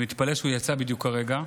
אני מתפלא שהוא יצא בדיוק כרגע.